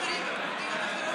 אתה מזלזל ביהודים ויהודיות אחרים,